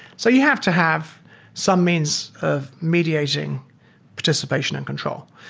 so you have to have some means of mediating participation and control.